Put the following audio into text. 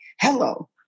Hello